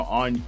on